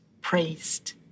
praised